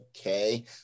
okay